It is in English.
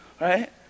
right